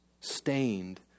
stained